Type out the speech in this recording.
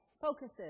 focuses